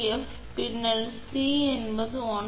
f பின்னர் C என்பது 1